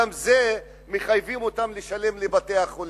גם את זה מחייבים אותם לשלם לבתי-החולים.